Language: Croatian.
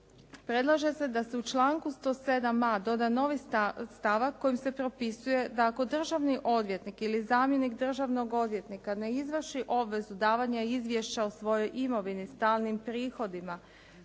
predlaže se da se u članku 107.a doda novi stavak kojim se propisuje da ako državni odvjetnik ili zamjenik državnog odvjetnika ne izvrši obvezu davanja izvješća o svojoj imovini, stalnim prihodima,